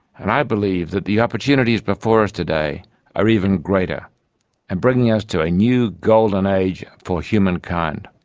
and i believe that the opportunities before us today are even greater and bringing us to a new golden age for humankind.